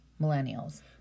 Millennials